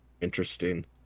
interesting